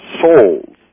souls